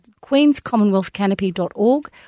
Queen'sCommonwealthCanopy.org